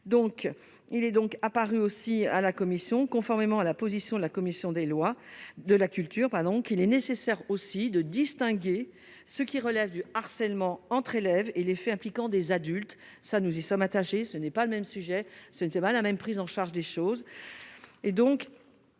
donc il est donc apparu aussi à la commission, conformément à la position de la commission des lois de la culture pendant qu'il est nécessaire aussi de distinguer ce qui relève du harcèlement entre élèves et les faits impliquant des adultes, ça nous y sommes attachés, ce n'est pas le même sujet, ce n'était pas la même prise en charge des choses,